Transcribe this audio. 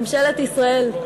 ממשלת ישראל,